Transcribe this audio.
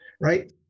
right